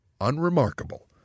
unremarkable